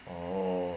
oh